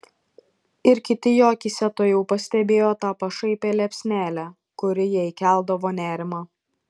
ir kiti jo akyse tuojau pastebėjo tą pašaipią liepsnelę kuri jai keldavo nerimą